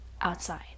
outside